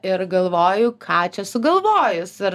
ir galvoju ką čia sugalvojus ir